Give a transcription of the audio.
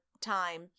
time